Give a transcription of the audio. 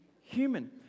human